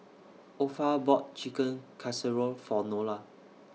Opha bought Chicken Casserole For Nola